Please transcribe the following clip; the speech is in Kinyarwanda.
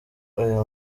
aya